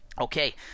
Okay